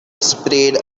sprayed